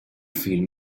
film